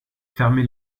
fermait